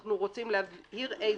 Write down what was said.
ואנחנו רוצים להבהיר איזה.